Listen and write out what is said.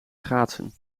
schaatsen